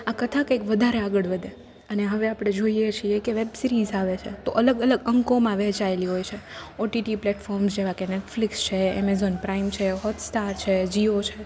આ કથા કંઇક વધારે આગળ વધે અને હવે આપણે જોઈએ છીએ કે વેબસીરિઝ આવે છે તો અલગ અલગ અંકોમાં વહેંચાયેલી હોય છે ઓટીટી પ્લેટફોમ્સ જેવાં કે નેટફલિકસ છે એમેઝોન પ્રાઇમ છે હોટસ્ટાર છે જીઓ છે